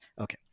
Okay